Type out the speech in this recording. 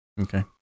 Okay